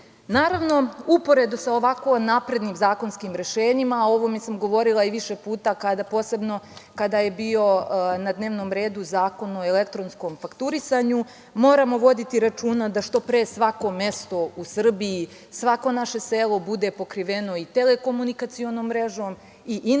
modelu. Uporedo sa ovako naprednim zakonskim rešenjima, o ovome sam govorila više puta, posebno kada je bio na dnevnom redu Zakon o elektronskom fakturisanju, moramo voditi računa da što pre svako mesto u Srbiji, svako naše selo bude pokriveno i telekomunikacionom mrežom i internetom